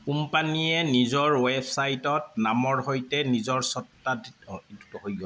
কোম্পানীয়ে নিজৰ ৱেবছাইটত নামৰ সৈতে নিজৰ স্বত্বা এইটোটো হৈ গ'ল